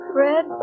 Fred